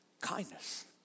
Kindness